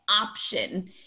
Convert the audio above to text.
option